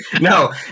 no